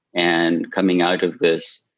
and coming out of this,